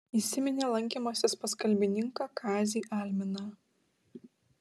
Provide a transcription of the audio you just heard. įsiminė lankymasis pas kalbininką kazį alminą